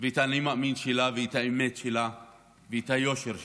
ואת האני-מאמין שלה ואת האמת שלה ואת היושר שלה.